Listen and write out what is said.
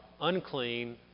unclean